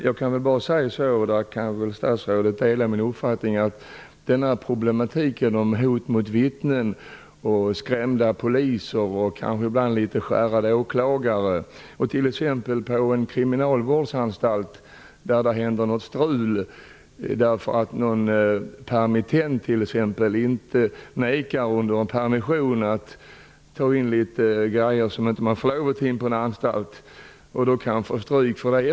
Jag kan bara säga att det finns en problematik kring hotade vittnen, skrämda poliser och kanske ibland även skärrade åklagare. Statsrådet delar nog den uppfattningen. Det kan t.ex. bli litet strul på en kriminalvårdsanstalt. Någon som är permitterad kanske vägrar att ta in sådant som man inte får lov att ta in på en anstalt. Han eller hon kan sedan få stryk för det.